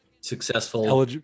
successful